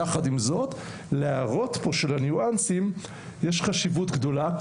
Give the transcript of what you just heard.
יחד עם זאת להראות פה שלניואנסים יש חשיבות גדולה.